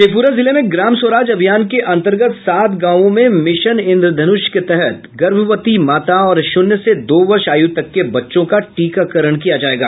शेखप्रा जिले में ग्राम स्वराज अभियान के अन्तर्गत सात गांवों में मिशन इंद्रधनूष के तहत गर्भवती माता और शून्य से दो वर्ष आय् तक के बच्चों का टीकाकरण किया जायेगा